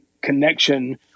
connection